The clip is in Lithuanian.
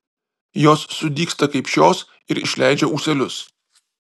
jos sudygsta kaip šios ir išleidžia ūselius